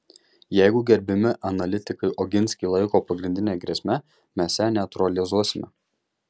jeigu gerbiami analitikai oginskį laiko pagrindine grėsme mes ją neutralizuosime